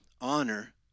Honor